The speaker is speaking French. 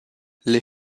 les